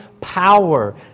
power